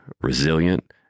resilient